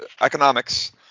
economics